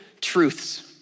truths